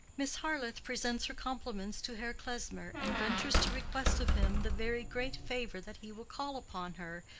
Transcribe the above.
miss harleth presents her compliments to herr klesmer, and ventures to request of him the very great favor that he will call upon her,